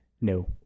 No